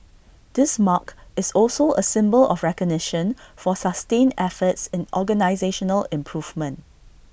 this mark is also A symbol of recognition for sustained efforts in organisational improvement